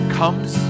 comes